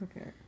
okay